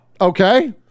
Okay